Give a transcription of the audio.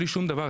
בלי שום דבר,